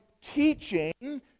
teaching